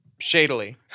shadily